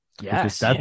Yes